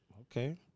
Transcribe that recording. Okay